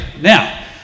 now